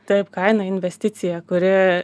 taip kaina investicija kuri